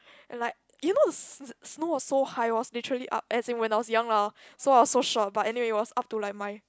and like you know the s~ snow was so high it was literally up as in when I was young lah so I was so short but anyway it was up to like my